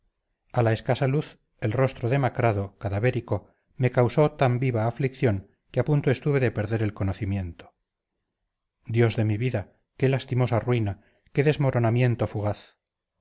a la escasa luz el rostro demacrado cadavérico me causó tan viva aflicción que a punto estuve de perder el conocimiento dios de mi vida qué lastimosa ruina qué desmoronamiento fugaz